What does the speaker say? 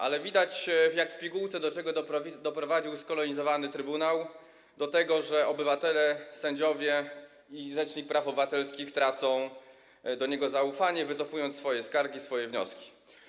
Ale widać jak w pigułce, do czego doprowadził skolonizowany trybunał - do tego, że obywatele, sędziowie i rzecznik praw obywatelskich tracą do niego zaufanie, wycofują swoje skargi, swoje wnioski.